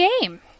game